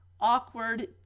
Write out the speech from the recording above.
awkward